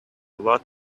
lot